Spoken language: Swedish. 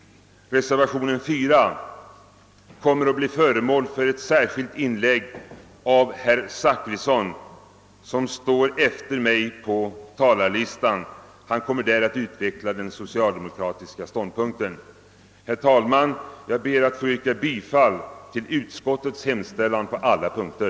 Reservationen 4 kommer att bli föremål för ett särskilt inlägg av herr Zachrisson, som står efter mig på talarlistan, och han kommer där att utveckla den socialdemokratiska ståndpunkten. Jag yrkar bifall till utskottets hemställan på alla punkter.